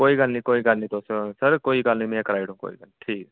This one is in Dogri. कोई गल्ल नी कोई गल्ल नी तुस र कोई गल्ल नी में कराई उड़ोंग कोई गल्ल नी ठीक